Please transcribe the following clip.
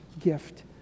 gift